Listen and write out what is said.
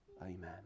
Amen